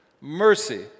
Mercy